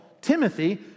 Timothy